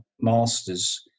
master's